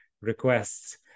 requests